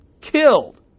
Killed